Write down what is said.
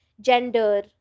gender